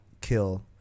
kill